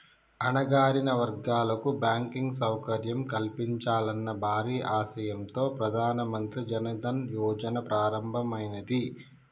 అణగారిన వర్గాలకు బ్యాంకింగ్ సౌకర్యం కల్పించాలన్న భారీ ఆశయంతో ప్రధాన మంత్రి జన్ ధన్ యోజన ప్రారంభమైనాది